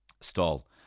stall